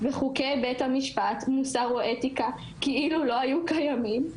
וחוקי בתי המשפט מוסר ואתיקה כאילו לא היו קיימים.